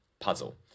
puzzle